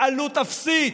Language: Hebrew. בעלות אפסית,